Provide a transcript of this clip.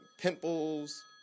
pimples